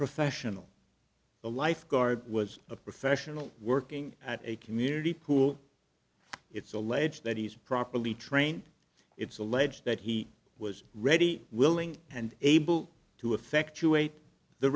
professional a lifeguard was a professional working at a community pool it's alleged that he's properly trained it's alleged that he was ready willing and able to affect you